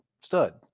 stud